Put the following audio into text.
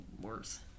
worse